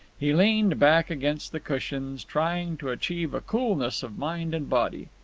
he leaned back against the cushions, trying to achieve a coolness of mind and body.